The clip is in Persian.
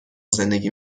زندگی